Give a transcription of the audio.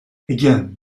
again